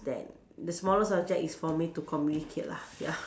then the smallest object is for me to communicate lah ya